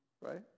right